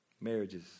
Marriages